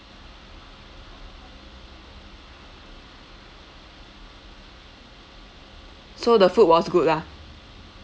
so the food was good lah